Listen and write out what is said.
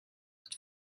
het